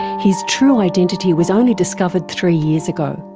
his true identity was only discovered three years ago.